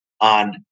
on